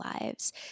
lives